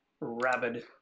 rabid